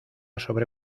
sobre